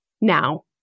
now